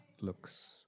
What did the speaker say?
looks